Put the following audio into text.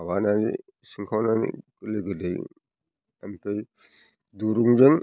माबानानै सिंखावनानै गोरलै गोरलै ओमफ्राय दुरुंजों